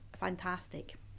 fantastic